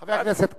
חבר הכנסת כץ,